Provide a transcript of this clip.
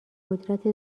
قدرت